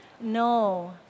No